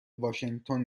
واشینگتن